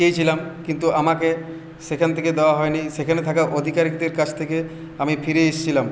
চেয়েছিলাম কিন্তু আমাকে সেখান থেকে দেওয়া হয়নি সেখানে থাকা অধিকারিকদের কাছ থেকে আমি ফিরে এসেছিলাম